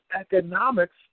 economics